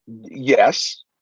Yes